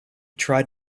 tried